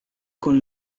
con